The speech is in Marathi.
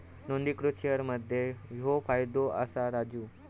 नोंदणीकृत शेअर मध्ये ह्यो फायदो असा राजू